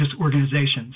organizations